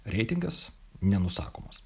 reitingas nenusakomas